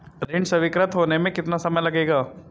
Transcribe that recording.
ऋण स्वीकृत होने में कितना समय लगेगा?